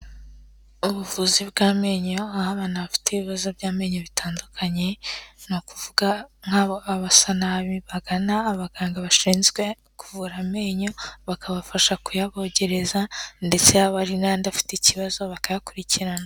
Abuvuzi bw'amenyo, aho abantu bafite ibibazo by'amenyo bitandukanye ni ukuvuga nk'abo aba asa nabi, bagana abaganga bashinzwe ku kuvura amenyo bakabafasha kuyabogereza ndetse yaba ari n'andi afite ikibazo bakayakurikirana.